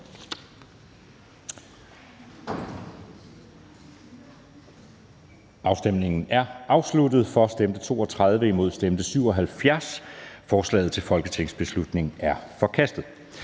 fejl)), hverken for eller imod stemte 0. Forslaget til folketingsbeslutning er forkastet.